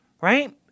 right